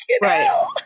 Right